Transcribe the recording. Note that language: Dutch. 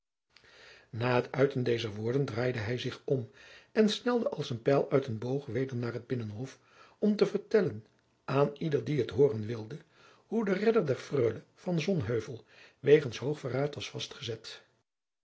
na het uiten dezer woorden draaide hij zich om en snelde als een pijl uit een boog weder naar het binnenhof om te vertellen aan ieder die t hooren wilde hoe de redder der freule van sonheuvel wegens hoog verraad was vastgezet